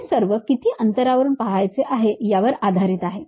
हे सर्व किती अंतरावरून पाहायचे आहे यावर आधारित आहे